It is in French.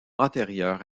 antérieurs